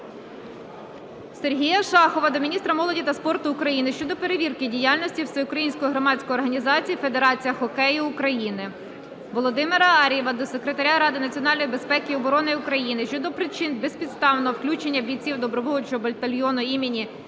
Сергія Шахова до міністра молоді та спорту України щодо перевірки діяльності Всеукраїнської громадської організації "Федерація хокею України". Володимира Ар'єва до Секретаря Ради національної безпеки і оборони України щодо причин безпідставного включення бійців Добровольчого батальйону імені